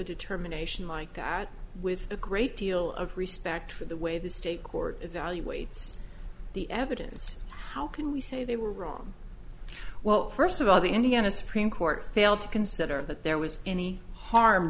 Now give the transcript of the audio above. determination like that with a great deal of respect for the way the state court evaluates the evidence how can we say they were wrong well first of all the indiana supreme court failed to consider that there was any harm